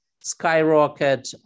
skyrocket